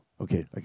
Okay